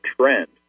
trend